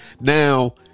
Now